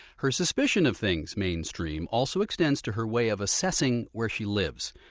her suspicion of things mainstream also extends to her way of assessing where she lives.